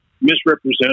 misrepresent